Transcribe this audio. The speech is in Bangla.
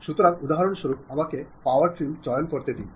সুতরাং উদাহরণস্বরূপ আমাকে পাওয়ার ট্রিম চয়ন করতে দিন